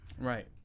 Right